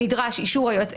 נדרש אישור היועץ.